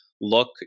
look